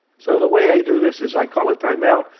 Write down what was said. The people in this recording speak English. so the way i do this is, i call a time-out,